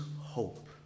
hope